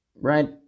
right